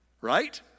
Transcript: Right